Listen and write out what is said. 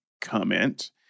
comment